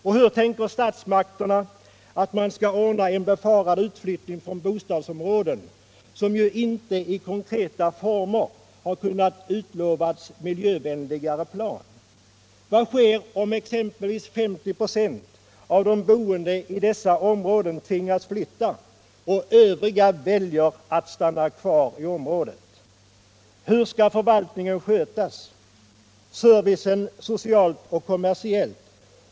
Och hur tänker Nr 53 statsmakterna att man skall ordna en befarad utflyttning från bostadsom Torsdagen den rådena, för vilka inte — i konkreta former — kunnat utlovas miljövänligare 15 december 1977 planer? Vad sker om exempelvis 50 96 av de boende i dessa områden = tvingas flytta och övriga väljer att stanna kvar? Hur skall förvaltningen = Flygplatsfrågan i och den sociala och den kommersiella servicen skötas?